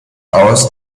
aus